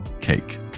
cake